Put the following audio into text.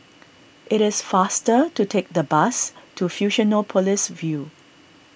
it is faster to take the bus to Fusionopolis View